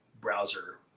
browser